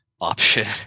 option